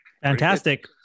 fantastic